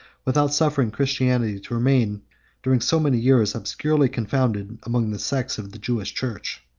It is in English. without suffering christianity to remain during so many years obscurely confounded among the sects of the jewish church.